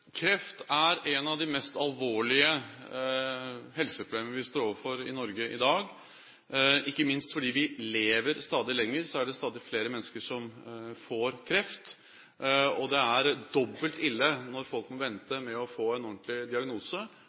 Kreft er et av de mest alvorlige helseproblemene vi står overfor i Norge i dag. Ikke minst fordi vi lever stadig lenger, er det stadig flere mennesker som får kreft. Det er dobbelt ille når folk må vente med å få en ordentlig diagnose,